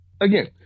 Again